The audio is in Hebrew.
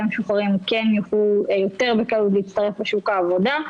המשוחררים כן יוכלו יותר בקלות להצטרף לשוק העבודה,